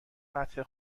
فتح